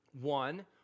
One